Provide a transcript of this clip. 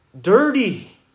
dirty